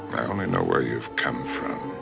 i only know where you've come from.